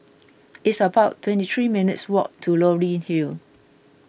it's about twenty three minutes' walk to Leonie Hill